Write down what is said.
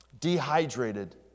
dehydrated